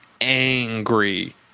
angry